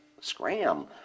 Scram